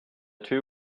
two